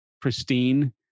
pristine